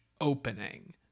opening